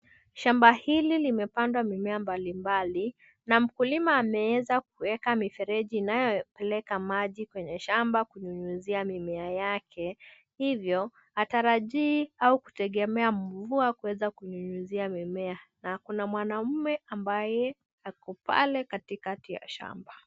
Shamba hili limepandwa mimea mbalimbali na mkulima ameweza kuweka mifereji inayopeleka maji kwenye shamba kunyunyuzia mimea yake hivyo hatarajii au kutegemea mvua kuweza kunyunyuzia mimea na kuna mwanaume ambaye ako pale katikati ya shamba.